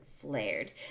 flared